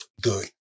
good